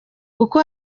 kuko